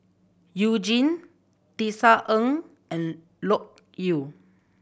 You Jin Tisa Ng and Loke Yew